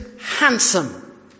handsome